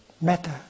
matter